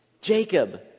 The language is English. Jacob